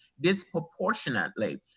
disproportionately